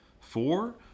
four